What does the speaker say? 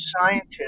scientists